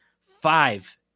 five